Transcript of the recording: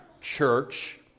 church